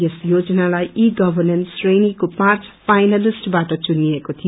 यस योजनालाई e governance श्रेणीको पाँच फाइनलिस्ट बाट चुनिएको थियो